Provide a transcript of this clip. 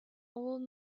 old